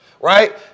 right